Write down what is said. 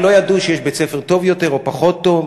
לא ידעו שיש בית-ספר טוב יותר או פחות טוב?